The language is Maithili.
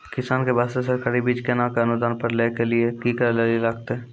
किसान के बास्ते सरकारी बीज केना कऽ अनुदान पर लै के लिए की करै लेली लागतै?